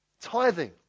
tithing